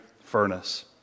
furnace